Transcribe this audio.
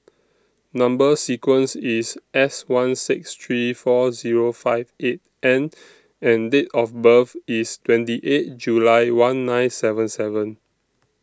Number sequence IS S one six three four Zero five eight N and Date of birth IS twenty eight July one nine seven seven